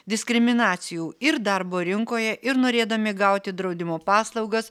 diskriminacijų ir darbo rinkoje ir norėdami gauti draudimo paslaugas